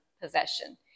possession